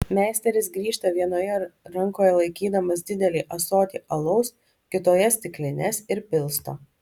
meisteris grįžta vienoje rankoje laikydamas didelį ąsotį alaus kitoje stiklines ir pilsto